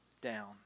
down